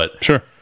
Sure